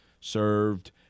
served